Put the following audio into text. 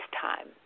time